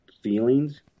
feelings